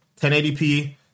1080p